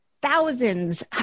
thousands